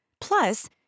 Plus